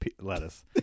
lettuce